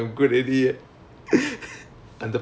ya I cannot brother I cannot